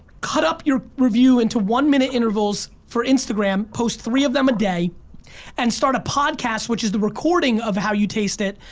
cut up your review into one minute intervals for instagram, post three of them a day and start a podcast, which is the recording of how you taste it,